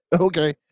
Okay